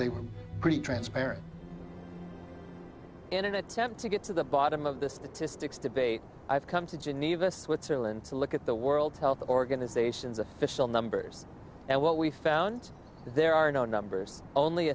they were pretty transparent in an attempt to get to the bottom of the statistics debate i've come to geneva switzerland to look at the world health organization's official numbers and what we found there are no numbers only